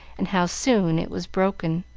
and how soon it was broken.